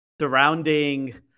surrounding